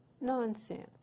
nonsense